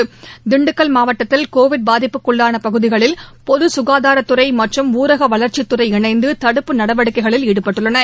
Covid Dindigul மாவட்டத்தில் பாதிப்புக்குள்ளானபகுதிகளில் பொதுசுகாதாரத்துறைமற்றும் ஊரகவளர்ச்சித்துறை இணைந்துதடுப்பு நடவடிக்கைகளில் ஈடுபட்டுள்ளன